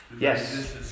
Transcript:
Yes